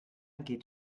geht